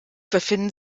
befinden